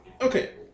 okay